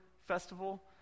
festival